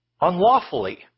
unlawfully